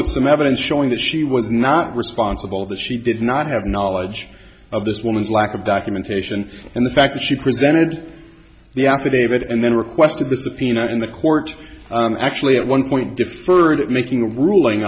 with some evidence showing that she was not responsible that she did not have knowledge of this woman's lack of documentation and the fact that she presented the affidavit and then requested the subpoena and the court actually at one point deferred it making a ruling